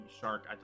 shark